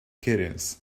kittens